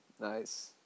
Nice